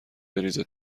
بریزه